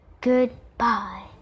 goodbye